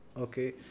Okay